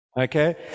Okay